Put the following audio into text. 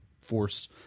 force